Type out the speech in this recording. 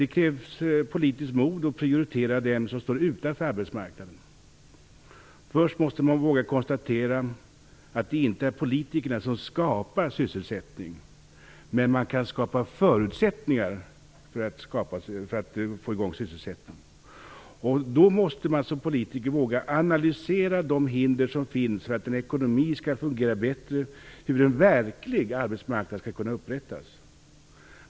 Det krävs politiskt mod att prioritera den som står utanför arbetsmarknaden. Först måste man våga konstatera att det inte är politikerna som skapar sysselsättning. Däremot kan de skapa förutsättningar för att få i gång sysselsättningen. Då måste man som politiker våga analysera de hinder som finns för att en ekonomi skall fungera bättre och hur en verklig arbetsmarknad skall kunna upprättas.